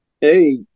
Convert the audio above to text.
Hey